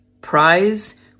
prize